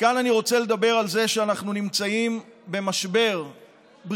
וכאן אני רוצה לדבר על זה שאנחנו נמצאים במשבר בריאותי,